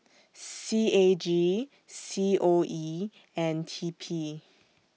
C A G C O E and T P